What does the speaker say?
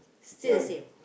still the same